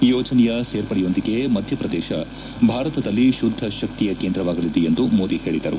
ಈ ಯೋಜನೆಯ ಸೇರ್ಪಡೆಯೊಂದಿಗೆ ಮಧ್ಯಪ್ರದೇಶ ಭಾರತದಲ್ಲಿ ಶುದ್ದ ಶಕ್ತಿಯ ಕೇಂದ್ರವಾಗಲಿದೆ ಎಂದು ಮೋದಿ ಹೇಳಿದರು